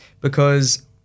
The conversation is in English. because-